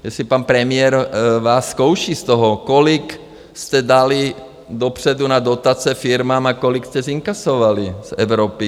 Jestli pan premiér vás zkouší z toho, kolik jste dali dopředu na dotace firmám a kolik jste zinkasovali z Evropy?